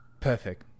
Perfect